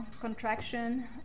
contraction